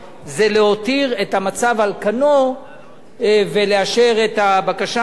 זה להותיר את המצב על כנו ולאשר את הבקשה הזאת.